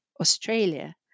Australia